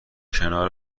کنار